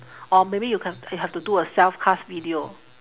or maybe you can you have to do a self cast video